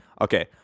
okay